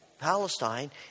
Palestine